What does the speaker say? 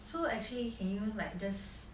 so actually can you like just